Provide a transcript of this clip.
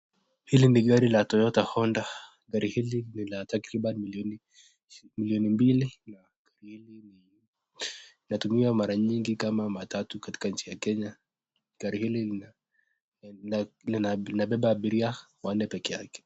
Hili ni gari la toyota honda, gari hili lina takriban milioni mbili na hili linatumia mara nyingi kama matatu katika nchi ya Kenya, gari hili linabeba abiria wanne pekke yake.